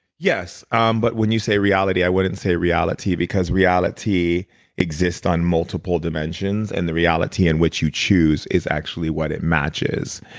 yes. um but when you say reality, i would say reality because reality exist on multiple dimensions and the reality in which you choose is actually what it matches.